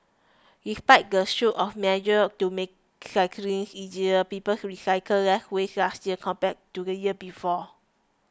despite the slew of measures to make recycling easier people recycled less waste last year compared to the year before